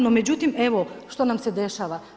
No međutim, evo što nam se dešava?